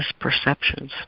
misperceptions